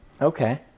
Okay